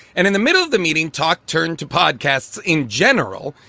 and in the middle of the meeting, talk turned to podcasts in general.